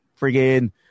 friggin